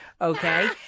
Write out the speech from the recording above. okay